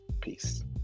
Peace